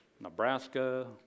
Nebraska